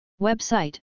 Website